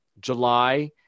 July